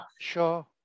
Sure